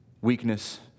weakness